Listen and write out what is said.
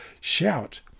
Shout